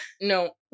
No